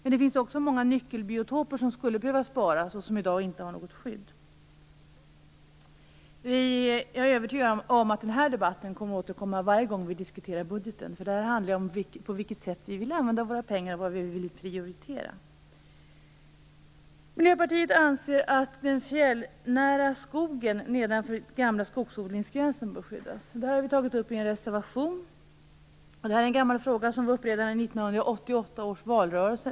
Det finns också många nyckelbiotoper som skulle behöva sparas och som inte har något skydd i dag. Jag är övertygad om att den här debatten kommer att återkomma varje gång vi diskuterar budgeten. Detta handlar ju om på vilket sätt vi vill använda våra pengar och vad vi vill prioritera. Miljöpartiet anser att den fjällnära skogen nedanför den gamla skogsodlingsgränsen bör skyddas. Vi har tagit upp detta i en reservation. Det är en gammal fråga som var uppe redan i 1988 års valrörelse.